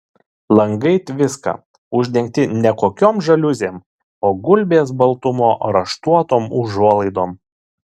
langai tviska uždengti ne kokiom žaliuzėm o gulbės baltumo raštuotom užuolaidom